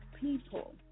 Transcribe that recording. people